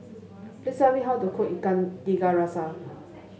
please tell me how to cook Ikan Tiga Rasa